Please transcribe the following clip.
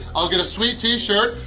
i'll get a sweet t-shirt.